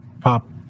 pop